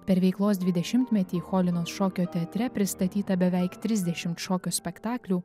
per veiklos dvidešimtmetį cholinos šokio teatre pristatyta beveik trisdešimt šokio spektaklių